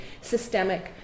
systemic